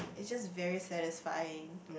eh just very satisfying